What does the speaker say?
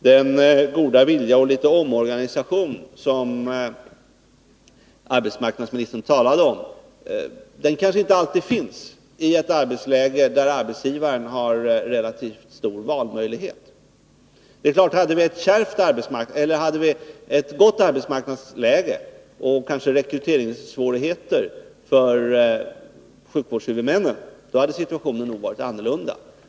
Den goda viljan, som arbetsmarknadsministern talar om, kanske inte alltid finns i ett läge där arbetsgivaren har relativt stora valmöjligheter. Hadé vi ett bra arbetsmarknadsläge och kanske rekryteringssvårigheter för sjukvårdshuvudmännen, hade situationen nog varit annorlunda.